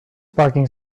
parking